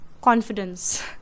confidence